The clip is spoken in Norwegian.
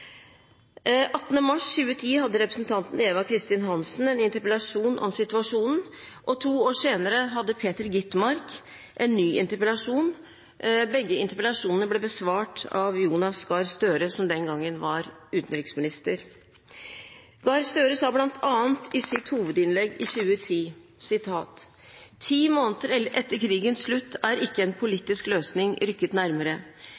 mars 2010 hadde representanten Eva Kristin Hansen en interpellasjon om situasjonen, og to år senere hadde Peter Skovholt Gitmark en ny interpellasjon. Begge interpellasjonene ble besvart av Jonas Gahr Støre, som den gangen var utenriksminister. Gahr Støre sa bl.a. i sitt hovedinnlegg i 2010: «Ti måneder etter krigens slutt er ikke en politisk løsning rykket nærmere.